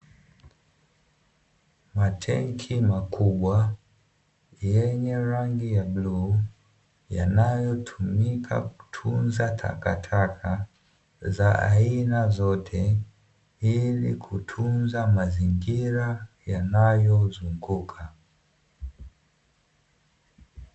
Matenki makubwa yenye rangi ya bluu yanayotumika kutunza takataka za aina zote, ili kutunza mazingira yanayozunguka.